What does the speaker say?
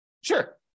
Sure